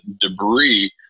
debris